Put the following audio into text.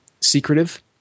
secretive